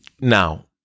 Now